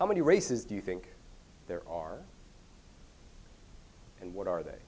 how many races do you think there are and what are they